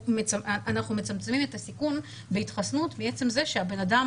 אנחנו מצמצמים את הסיכון בהתחסנות בעצם זה שהבן אדם